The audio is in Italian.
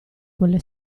quelle